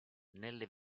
nelle